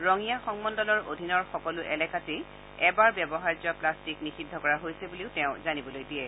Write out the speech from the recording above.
ৰঙিয়া সংমণ্ডলৰ অধীনৰ সকলো এলেকাতে এবাৰ ব্যৱহাৰ্য প্লাষ্টিক নিষিদ্ধ কৰা হৈছে বুলিও তেওঁ জানিবলৈ দিয়ে